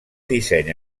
disseny